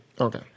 Okay